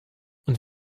und